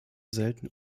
selten